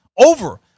Over